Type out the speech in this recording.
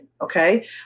okay